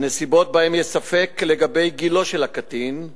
בנסיבות שבהן יש ספק לגבי גילו של הקטין,